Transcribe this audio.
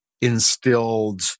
instilled